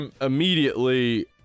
immediately